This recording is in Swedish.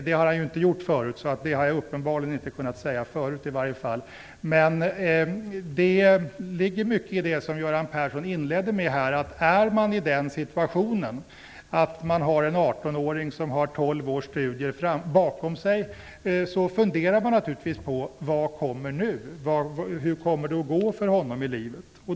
Det har han ju inte gjort förut, så det har jag uppenbarligen inte kunnat säga förut. Det ligger mycket i det som Göran Persson inledde med. Om man är i den situationen att man har en 18-åring som har tolv års studier bakom sig funderar man naturligtvis på vad som kommer nu och hur det kommer att gå för honom i livet.